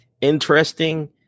interesting